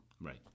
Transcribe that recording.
right